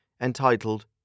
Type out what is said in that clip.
entitled